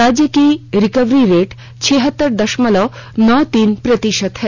राज्य की recovery rate छिहत्तर दशमलव नौ तीन प्रतिशत है